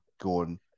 Gordon